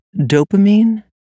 dopamine